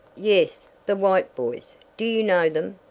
yes, the white boys. do you know them?